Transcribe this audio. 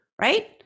right